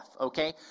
okay